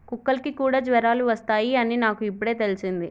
కుక్కలకి కూడా జ్వరాలు వస్తాయ్ అని నాకు ఇప్పుడే తెల్సింది